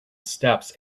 steps